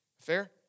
Fair